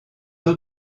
eaux